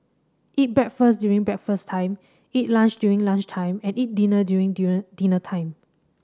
eat breakfast during breakfast time eat lunch during lunch time and eat dinner during dinner time